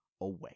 away